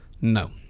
No